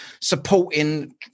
supporting